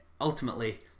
ultimately